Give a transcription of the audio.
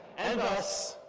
and thus,